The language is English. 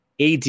AD